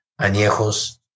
añejos